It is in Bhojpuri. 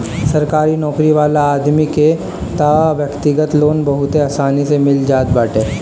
सरकारी नोकरी वाला आदमी के तअ व्यक्तिगत लोन बहुते आसानी से मिल जात बाटे